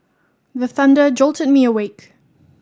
the thunder jolt me awake